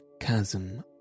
chasm